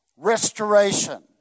restoration